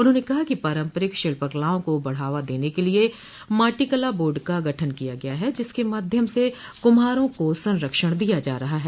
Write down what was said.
उन्होंने कहा कि पारंपरिक शिल्पकलाओं को बढ़ावा देने के लिए माटी कला बोर्ड का गठन किया गया है जिसके माध्यम से कुम्हारों को संरक्षण दिया जा रहा है